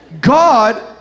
God